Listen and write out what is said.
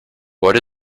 what